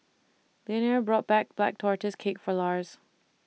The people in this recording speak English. Leonore bought Black Tortoise Cake For Lars